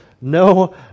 No